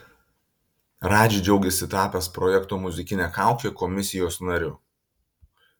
radži džiaugiasi tapęs projekto muzikinė kaukė komisijos nariu